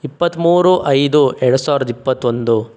ಇಪ್ಪತ್ತ್ಮೂರು ಐದು ಎರಡು ಸಾವಿರದ ಇಪ್ಪತ್ತೊಂದು